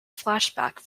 flashback